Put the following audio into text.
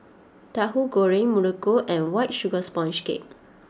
Tauhu Goreng Muruku and White Sugar Sponge Cake